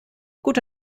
gute